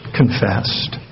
confessed